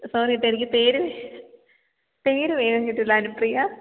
sorry കേട്ടോ എനിക്ക് പേര് പേര് വേഗം കിട്ടിയില്ല അനുപ്രിയ